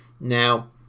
Now